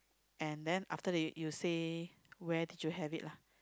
and then after it you say when did you have it lah